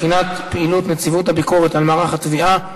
בחינת פעילות נציבות הביקורת על מערך התביעה.